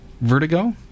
Vertigo